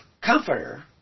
comforter